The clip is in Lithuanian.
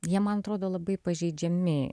jie man atrodo labai pažeidžiami